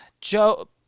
Joe